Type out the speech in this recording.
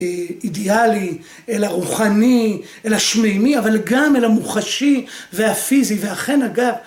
אידיאלי, אל הרוחני, אל השמימי, אבל גם אל המוחשי והפיזי, ואכן הג..